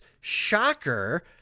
Shocker